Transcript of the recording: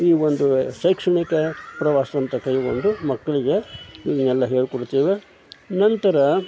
ಈ ಒಂದು ಶೈಕ್ಷಣಿಕ ಪ್ರವಾಸ ಅಂತ ಕೈಗೊಂಡು ಮಕ್ಕಳಿಗೆ ಇದನ್ನೆಲ್ಲಾ ಹೇಳಿಕೊಡ್ತೇವೆ ನಂತರ